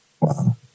Wow